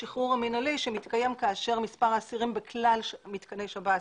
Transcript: שחרור מינהלי מתקיים כאשר מספר האסירים בכלל מתקני שב"ס